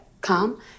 come